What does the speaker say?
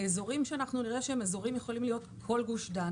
באזורים שיכולים להיות כל גוש דן,